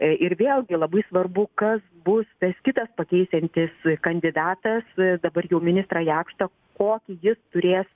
ir vėlgi labai svarbu kas bus tas kitas pakeisiantis kandidatas dabar jau ministrą jakštą kokį jis turės